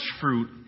fruit